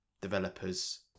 developers